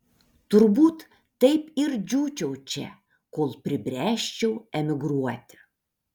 turbūt taip ir džiūčiau čia kol pribręsčiau emigruoti